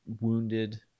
wounded